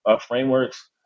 frameworks